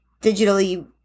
digitally